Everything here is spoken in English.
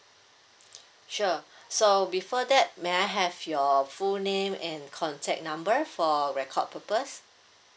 sure so before that may I have your full name and contact number for record purpose